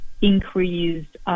increased